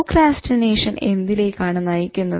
procrastination എന്തിലേക്കാണ് നയിക്കുന്നത്